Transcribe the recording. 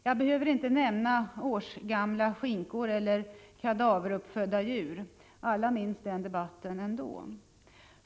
Jag behöver inte nämna årsgamla skinkor eller kadaveruppfödda djur. Alla minns den debatten ändå.